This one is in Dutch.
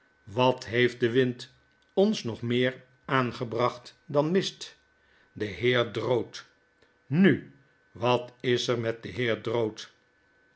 wat heeft de wind ons nog meer aangebracht dan mist de heer drood nu wat is er met den heer